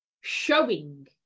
showing